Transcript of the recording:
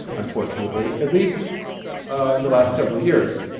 unfortunately. at least in the last several years.